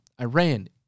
Iran